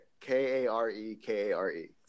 K-A-R-E-K-A-R-E